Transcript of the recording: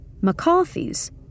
McCarthy's